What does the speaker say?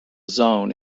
zone